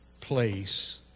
place